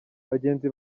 bagenzi